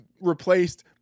replaced